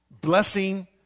blessing